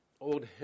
old